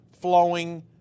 flowing